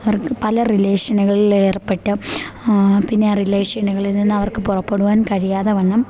അവർക്ക് പല റിലേഷനുകളിൽ ഏർപ്പെട്ട് പിന്നെ ആ റിലേഷനുകളിൽ നിന്ന് അവർക്ക് പുറപ്പെടുവാൻ കഴിയാതെ വണ്ണം